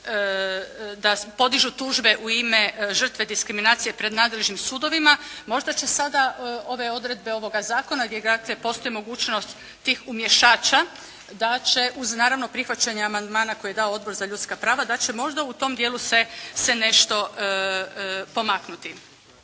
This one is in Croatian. da podižu tužbe u ime žrtve diskriminacije pred nadležnim sudovima. Možda će sada ove odredbe ovoga zakona gdje … /Govornica se ne razumije./ … postoji mogućnost tih umješača da će uz naravno prihvaćanje amandmana koje je dao Odbor za ljudska prava da će možda u tom dijelu se, se nešto pomaknuti.